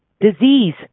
Disease